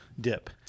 dip